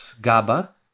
GABA